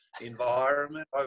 environment